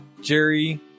Jerry